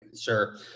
Sure